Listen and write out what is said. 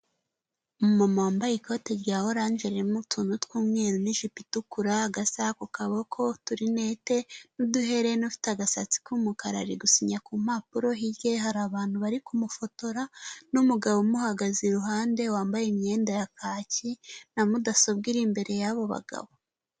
Umuntu wambaye ikoti rya orange ririmo utuntu tw'umweru n'jipo itukura agasa ku kaboko turinete n'uduhere n'ufite agasatsi k'umukara ari gusinya ku mpapuro hirya ye hari abantu bari kumufotora, n'umugabo umuhagaze iruhande wambaye imyenda ya kacyi na mudasobwa, iri imbere y'abo bagabo.